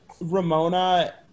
ramona